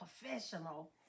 professional